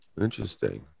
Interesting